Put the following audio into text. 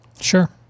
sure